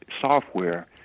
software